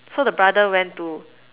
so the brother went to